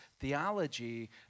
theology